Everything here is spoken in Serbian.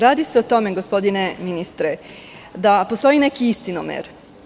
Radi se o tome, gospodine ministre, da postoji neki istinomer.